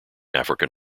african